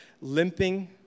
limping